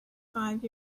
five